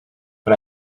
but